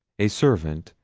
a servant,